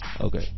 Okay